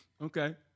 Okay